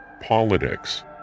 politics